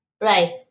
Right